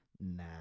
Nah